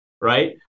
right